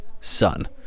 son